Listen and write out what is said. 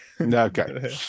okay